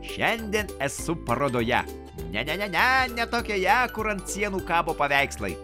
šiandien esu parodoje ne ne ne ne tokioje kur ant sienų kabo paveikslai